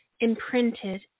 imprinted